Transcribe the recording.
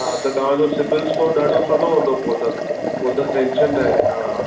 हा त तव्हांजो सिबील स्कॉर ॾाढो सुठो हूंदो पोइ त टैंशन नाहे हा